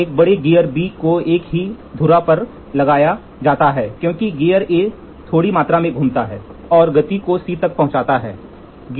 तो एक बड़े गियर B को एक ही धुरा पर लगाया जाता है क्योंकि गियर A थोड़ी मात्रा में घूमता है और गति को C तक पहुंचाता है